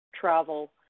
travel